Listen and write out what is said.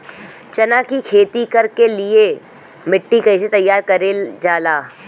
चना की खेती कर के लिए मिट्टी कैसे तैयार करें जाला?